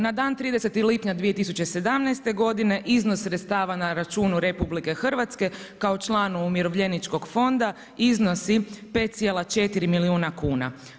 Na dan 30. lipnja 2017. godine iznos sredstava na računu RH kao članu umirovljeničkog fonda, iznosi 5,4 milijuna kuna.